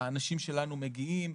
האנשים שלנו מגיעים,